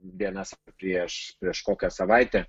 dienas prieš prieš kokią savaitę